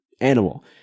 animal